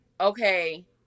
okay